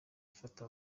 ifata